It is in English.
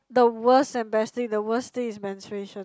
the worst and best thing the worst thing is menstruation